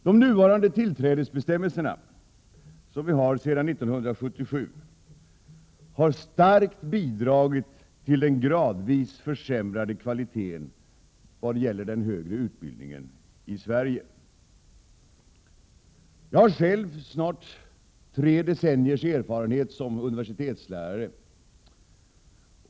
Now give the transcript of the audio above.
De nuvarande tillträdesbestämmelserna, som vi har haft sedan 1977, har starkt bidragit till den gradvis försämrade kvaliteten när det gäller den högre utbildningen i Sverige. Jag har själv snart tre decenniers erfarenhet som universitetslärare.